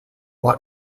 ought